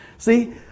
See